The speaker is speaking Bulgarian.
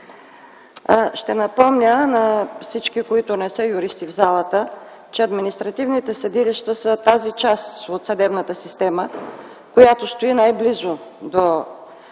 Ще напомня на всички, които не са юристи, в залата, че административните съдилища са тази част от съдебната система, която стои най-близо до